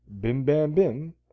bim-bam-bim